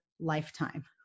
lifetime